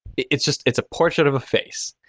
it's just it's a portrait of a face.